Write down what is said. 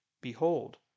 behold